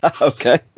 okay